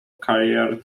career